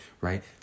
right